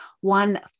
one